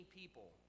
people